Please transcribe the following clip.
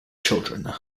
children